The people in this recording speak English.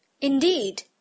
Indeed